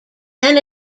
then